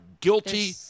guilty